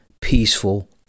peaceful